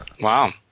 Wow